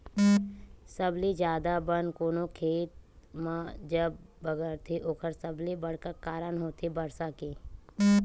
सबले जादा बन कोनो खेत म जब बगरथे ओखर सबले बड़का कारन होथे बरसा के